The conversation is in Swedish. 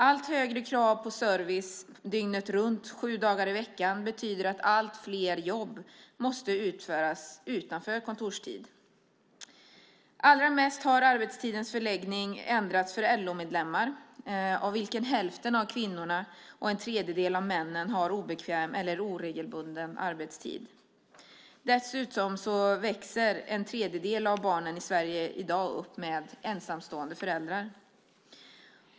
Allt högre krav på service dygnet runt, sju dagar i veckan betyder att allt fler jobb måste utföras utanför kontorstid. Allra mest har arbetstidens förläggning ändrats för LO-medlemmar, av vilka hälften av kvinnorna och en tredjedel av männen har obekväm eller oregelbunden arbetstid. Dessutom växer en tredjedel av barnen i Sverige i dag upp med ensamstående föräldrar.